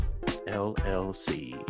LLC